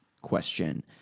question